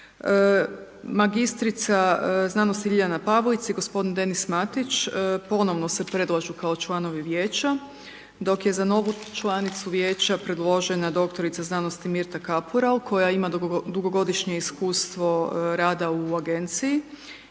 Magistrica znanosti Liljana Pavlic i gospodin Denis Matić, ponovno se predlažu kao članovi Vijeća, dok je za novu članicu Vijeća predložena doktorica znanosti Mirta Kapural, koja ima dugogodišnje iskustvo rada u Agenciji,